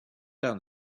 down